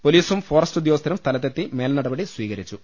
പൊലീസും ഫോറസ്റ്റ് ഉദ്യോഗസ്ഥരും സ്ഥലത്തെത്തി മേൽനടപടി സ്വീകരിച്ചു